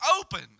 open